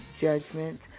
Judgment